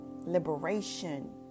liberation